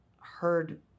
heard